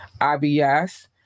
IBS